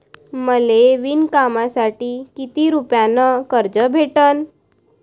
मले विणकामासाठी किती रुपयानं कर्ज भेटन?